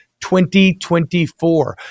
2024